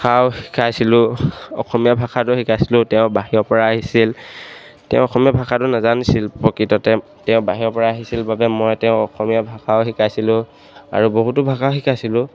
ভাষাও শিকাইছিলোঁ অসমীয়া ভাষাটো শিকাইছিলোঁ তেওঁ বাহিৰৰপৰা আহিছিল তেওঁ অসমীয়া ভাষাটো নাজানিছিল প্ৰকৃততে তেওঁ বাহিৰৰপৰা আহিছিল বাবে মই তেওঁক অসমীয়া ভাষাও শিকাইছিলোঁ আৰু বহুতো ভাষাও শিকাইছিলোঁ